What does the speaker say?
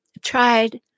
Tried